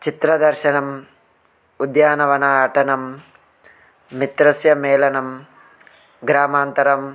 चित्रदर्शनम् उद्यानवने अटनं मित्रस्य मेलनं ग्रामान्तरं